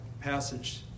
passage